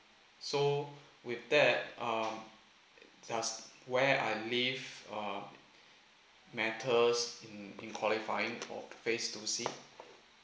so with that um does where I live uh matters in in qualifying for phase two C